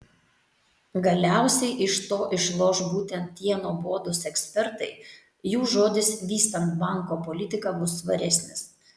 galiausiai iš to išloš būtent tie nuobodūs ekspertai jų žodis vystant banko politiką bus svaresnis